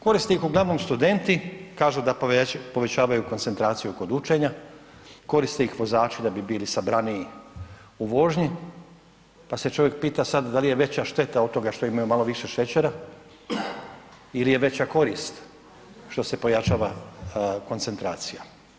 Koriste ih uglavnom studenti kažu da povećavaju koncentraciju kod učenja, koriste ih vozači da bi bili sabraniji u vožnji, pa se čovjek pita sad da li je veća šteta od toga što imaju malo više šećera ili je veća korist što se pojačava koncentracija.